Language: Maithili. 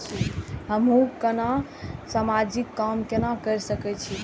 हमू केना समाजिक काम केना कर सके छी?